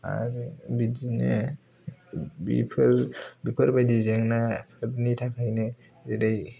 आरो बिदिनो बेफोर बेफोरबायदि जेंनानि थाखायनो जेरै